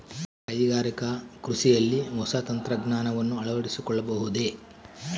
ಕೈಗಾರಿಕಾ ಕೃಷಿಯಲ್ಲಿ ಹೊಸ ತಂತ್ರಜ್ಞಾನವನ್ನ ಅಳವಡಿಸಿಕೊಳ್ಳಬಹುದೇ?